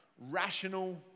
rational